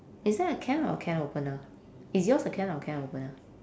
is that a can or a can opener is yours a can or can opener